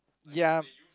ya